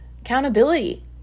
Accountability